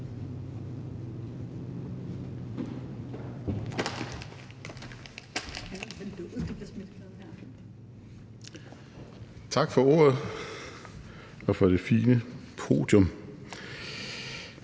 Tak for ordet og for det fine podium.